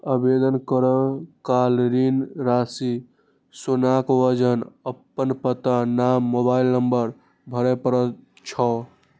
आवेदन करै काल ऋण राशि, सोनाक वजन, अपन पता, नाम, मोबाइल नंबर भरय पड़ै छै